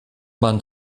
man